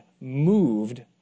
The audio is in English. moved